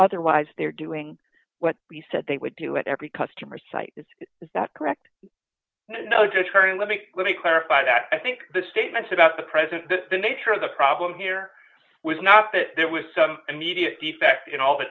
otherwise they're doing what we said they would do what every customer site is that correct no deterring let me let me clarify that i think the statements about the present the nature of the problem here was not that there was some immediate defect in all